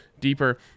deeper